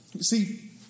See